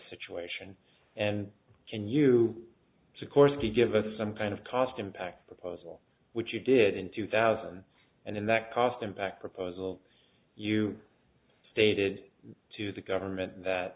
situation and can you sikorsky give us some kind of cost impact proposal which you did in two thousand and in that cost impact proposal you stated to the government that